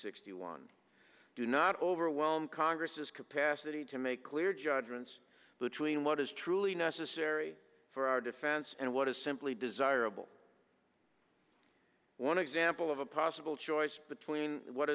sixty one do not overwhelm congress's capacity to make clear judgments between what is truly necessary for our defense and what is simply desirable one example of a possible choice between what